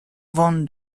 von